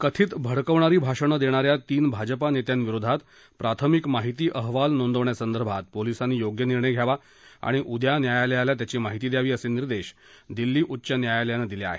कथित भडकवणारी भाषणं देणाऱ्या तीन भाजपा नेत्यांविरोधात प्राथमिक माहिती अहवाल नोंदवण्यासंदर्भात पोलिसांनी योग्य निर्णय घ्यावा आणि उद्या न्यायालयाला त्याची माहिती द्यावी असे निर्देश दिल्ली उच्च न्यायालयानं दिले आहेत